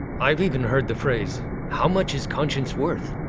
i've even heard the phrase how much is conscience worth?